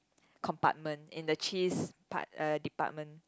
compartment in the cheese part~ uh department